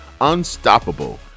Unstoppable